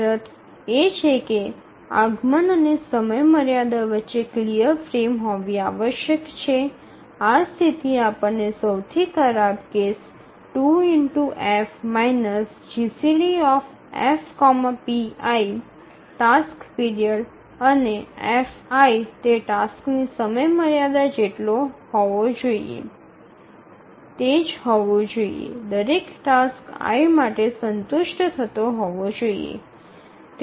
શરત એ છે કે આગમન અને સમયમર્યાદા વચ્ચે ક્લિયર ફ્રેમ હોવી આવશ્યક છે આ સ્થિતિ આપણને સૌથી ખરાબ case 2F GCD f pi task period અને f તે ટાસ્કની સમયમર્યાદા જેટલો હોવો જોઈએ તે જ હોવો જોઈએ દરેક ટાસ્ક i માટે સંતુષ્ટ થતો હોવો જોઇએ